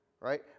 right